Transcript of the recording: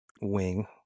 wing